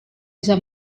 bisa